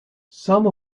some